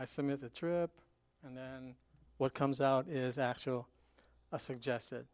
i submit a trip and then what comes out is actually suggested